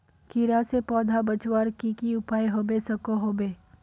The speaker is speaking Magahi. कीड़ा से पौधा बचवार की की उपाय होबे सकोहो होबे?